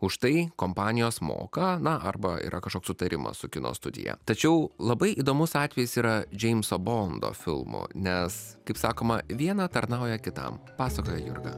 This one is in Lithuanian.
už tai kompanijos moka na arba yra kažkoks sutarimas su kino studija tačiau labai įdomus atvejis yra džeimso bondo filmo nes kaip sakoma viena tarnauja kitam pasakojo jurga